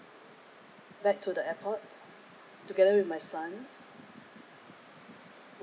back to the airport together with my son